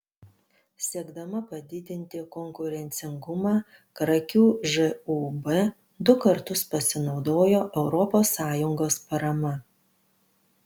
siekdama padidinti konkurencingumą krakių žūb du kartus pasinaudojo europos sąjungos parama